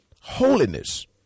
holiness